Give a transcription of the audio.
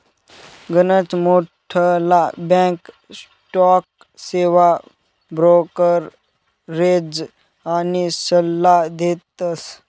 गनच मोठ्ठला back stock सेवा ब्रोकरेज आनी सल्ला देतस